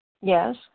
Yes